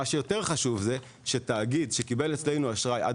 מה שיותר חשוב זה שתאגיד שקיבל אצלנו אשראי עד